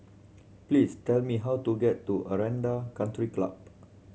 please tell me how to get to Aranda Country Club